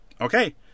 Okay